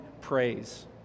praise